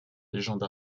légende